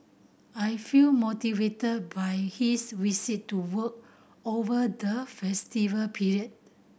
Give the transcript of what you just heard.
I feel motivated by his visit to work over the festival period